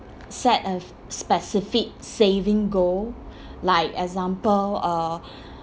set a specific saving goal like example uh